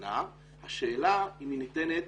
השאלה אם היא ניתנת